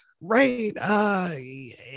right